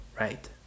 Right